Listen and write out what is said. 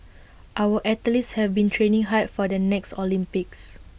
our athletes have been training hard for the next Olympics